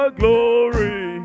glory